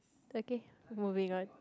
okay moving on